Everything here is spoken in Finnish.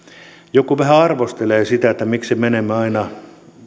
joku vähän arvostelee sitä miksi menemme aina